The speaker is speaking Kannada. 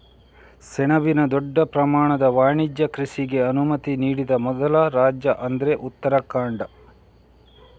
ಸೆಣಬಿನ ದೊಡ್ಡ ಪ್ರಮಾಣದ ವಾಣಿಜ್ಯ ಕೃಷಿಗೆ ಅನುಮತಿ ನೀಡಿದ ಮೊದಲ ರಾಜ್ಯ ಅಂದ್ರೆ ಉತ್ತರಾಖಂಡ